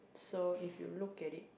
so if you look at it